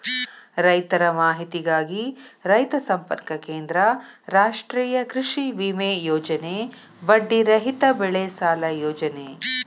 ರೈತರ ಮಾಹಿತಿಗಾಗಿ ರೈತ ಸಂಪರ್ಕ ಕೇಂದ್ರ, ರಾಷ್ಟ್ರೇಯ ಕೃಷಿವಿಮೆ ಯೋಜನೆ, ಬಡ್ಡಿ ರಹಿತ ಬೆಳೆಸಾಲ ಯೋಜನೆ